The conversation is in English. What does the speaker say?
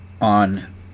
on